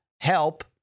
help